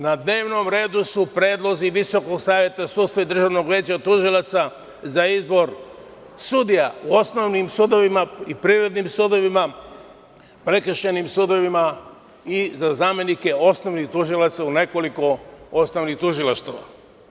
Na dnevnom redu su predlozi Visokog saveta sudstva i Državnog veća tužilaca za izbor sudija, u Osnovnim sudovima i Privrednim sudovima, Prekršajnim sudovima i za zamenike osnovnih tužilaca u nekoliko osnovnih tužilaštava.